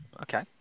Okay